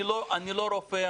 רופא,